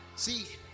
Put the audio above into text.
see